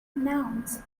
nouns